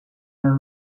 are